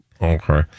okay